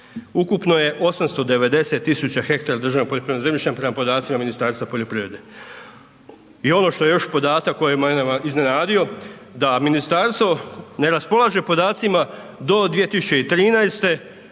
ukupno je 890 000 hektara državnog poljoprivrednog zemljišta prema podacima Ministarstva poljoprivrede. I ono što je još podatak koji je mene iznenadio da ministarstvo ne raspolaže podacima do 2013.